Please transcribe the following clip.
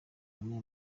umwe